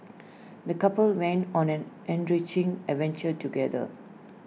the couple went on an enriching adventure together